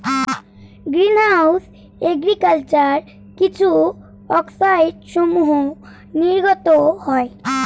green house agriculture কিছু অক্সাইডসমূহ নির্গত হয়